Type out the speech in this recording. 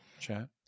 chat